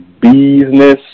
Business